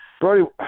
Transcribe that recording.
Brody